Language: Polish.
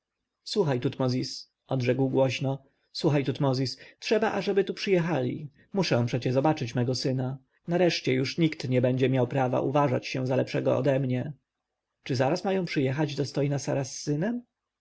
słuchaj tutmozis rzekł głośno słuchaj tutmozis trzeba ażeby tu przyjechali muszę przecie zobaczyć mego syna nareszcie już nikt nie będzie miał prawa uważać się za lepszego ode mnie czy zaraz mają przyjechać dostojna sara z synem